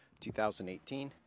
2018